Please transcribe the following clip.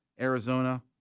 Arizona